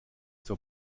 zur